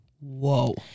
Whoa